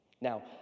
Now